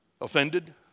Offended